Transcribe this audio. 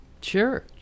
Sure